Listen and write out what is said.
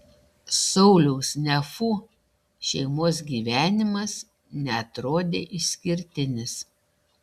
sauliaus nefų šeimos gyvenimas neatrodė išskirtinis